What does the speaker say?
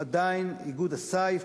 עדיין איגוד הסיף,